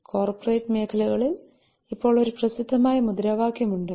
corporate മേഖലകളിൽ ഇപ്പോൾ ഒരു പ്രസിദ്ധമായ മുദ്രാവാക്യം ഉണ്ട്